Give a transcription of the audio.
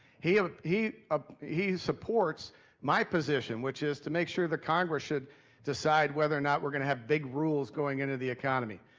he um he ah he supports my position, which is to make sure the congress should decide whether or not we're gonna have big rules going into the economy.